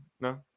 No